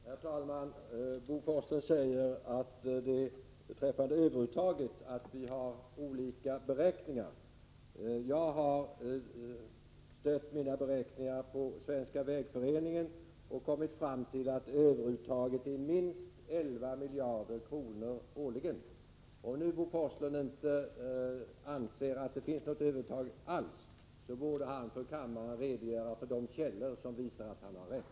Herr talman! Bo Forslund säger beträffande överuttaget att vi har olika beräkningar. Jag har stött mina beräkningar på Svenska vägföreningens uppgifter och kommit fram till att överuttaget är minst 11 miljarder kronor årligen. Om Bo Forslund inte anser att det finns något överuttag alls borde han för kammaren redogöra för de källor som visar att han har rätt.